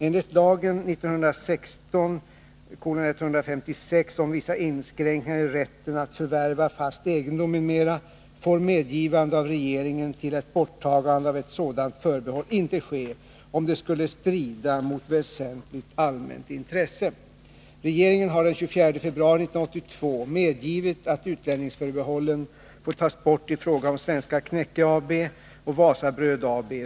Enligt lagen om vissa inskränkningar i rätten att förvärva fast egendom m.m. får medgivande av regeringen till ett borttagande av ett sådant förbehåll inte ske, om det skulle strida mot väsentligt allmänt intresse. Regeringen har den 24 februari 1982 medgivit att utlänningsförbehållen får tas bort i fråga om Svenska Knäcke AB och Wasabröd AB.